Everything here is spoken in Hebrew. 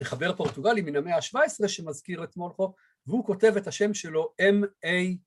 חבר פורטוגלי מן המאה השבע עשרה שמזכיר את מולכו והוא כותב את השם שלו M-A...